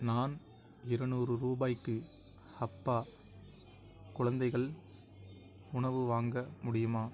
நான் இருநூறு ரூபாய்க்கு ஹப்பா குழந்தைகள் உணவு வாங்க முடியுமா